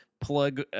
plug